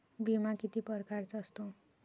बिमा किती परकारचा असतो?